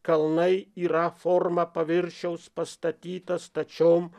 kalnai yra forma paviršiaus pastatyta stačiom